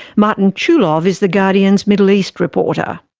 martin chulov is the guardian's middle east reporter.